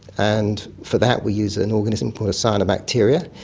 and for that we use an organism called cyanobacteria.